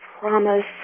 promise